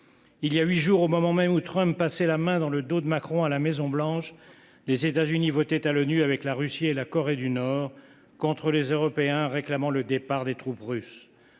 Il y a huit jours, au moment même où Trump passait la main dans le dos de Macron à la Maison Blanche, les États Unis votaient avec la Russie et la Corée du Nord à l’ONU contre les Européens réclamant le départ des troupes russes.